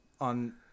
on